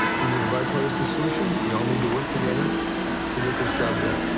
we need a bipartisan solution. we all need to work together to get this job done.